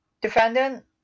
defendant